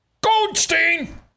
Goldstein